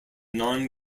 non